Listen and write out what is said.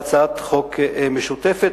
להצעת חוק משותפת.